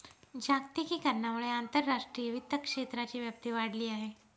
जागतिकीकरणामुळे आंतरराष्ट्रीय वित्त क्षेत्राची व्याप्ती वाढली आहे